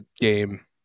game